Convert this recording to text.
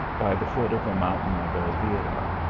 by the foot of the mountain of elvira,